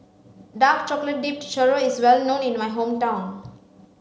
dark chocolate dipped churro is well known in my hometown